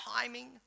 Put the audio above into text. timing